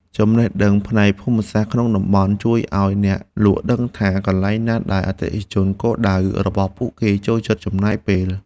ចំណេះដឹងផ្នែកភូមិសាស្ត្រក្នុងតំបន់ជួយឱ្យអ្នកលក់ដឹងថា កន្លែងណាដែលអតិថិជនគោលដៅរបស់ពួកគេចូលចិត្តចំណាយពេល។